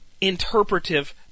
interpretive